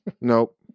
Nope